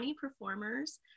performers